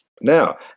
Now